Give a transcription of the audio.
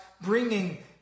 bringing